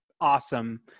awesome